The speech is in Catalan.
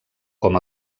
com